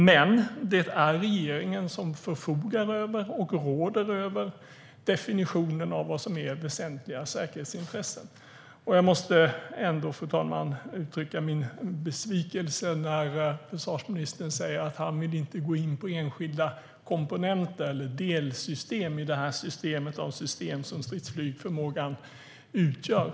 Men det är regeringen som förfogar och råder över definitionen av vad som är väsentliga säkerhetsintressen, och jag måste ändå, fru talman, uttrycka min besvikelse när försvarsministern säger att han inte vill gå in på enskilda komponenter eller delsystem i det här systemet av system som stridsflygsförmågan utgör.